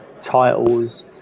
titles